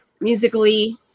musically